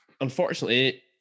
Unfortunately